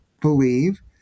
believe